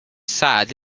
sad